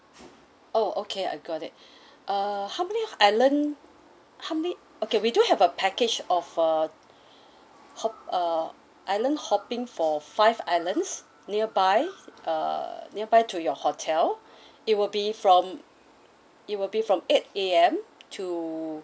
oh okay I got it err how many island how many okay we do have a package of a hop uh island hopping for five islands nearby err nearby to your hotel it will be from it will be from eight A_M to